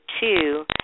Two